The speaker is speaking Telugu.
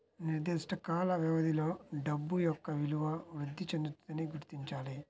నిర్దిష్ట కాల వ్యవధిలో డబ్బు యొక్క విలువ వృద్ధి చెందుతుందని గుర్తించాలి